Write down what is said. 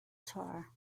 tar